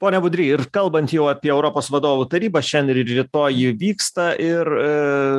pone budry ir kalbant jau apie europos vadovų tarybą šiand ir rytoj ji vyksta ir